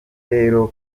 rero